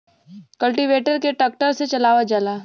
cultivator के tractor से चलावल जाला